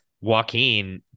Joaquin